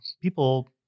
people